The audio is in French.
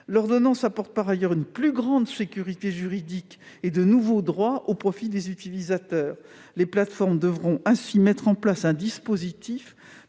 elle apporte une plus grande sécurité juridique et de nouveaux droits au profit des utilisateurs. Les plateformes devront ainsi mettre en place un dispositif